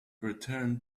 returned